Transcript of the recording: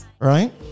right